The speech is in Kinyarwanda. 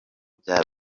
bya